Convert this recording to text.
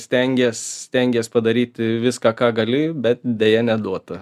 stengies stengies padaryti viską ką gali bet deja neduota